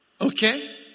Okay